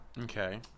Okay